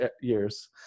years